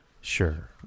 Sure